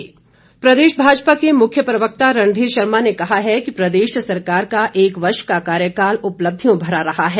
रणधीर शर्मा प्रदेश भाजपा के मुख्य प्रवक्ता रणधीर शर्मा ने कहा है कि प्रदेश सरकार का एक वर्ष का कार्यकाल उपलब्धियों भरा रहा है